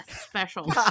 special